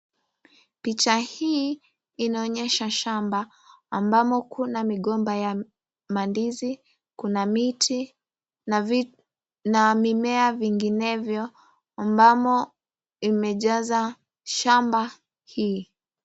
Picha hii inaonyesha shamba, ambamo kuna migomba ya mandizi, kuna miti, na mimea vinginevyo ambamo imejaza shamba hii.